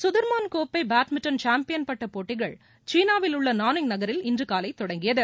Sudirman கோப்பை badminton champion பட்ட போட்டிகள் சீனாவிலுள்ள நானிங் நகரில் இன்று காலை தொடங்கியது